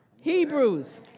Hebrews